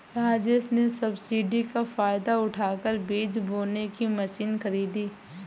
राजेश ने सब्सिडी का फायदा उठाकर बीज बोने की मशीन खरीदी